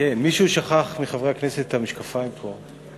מישהו מחברי הכנסת שכח את המשקפיים פה.